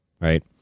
Right